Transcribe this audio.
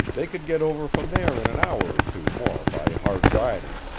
they could get over from there in an hour or two more by hard riding.